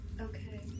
okay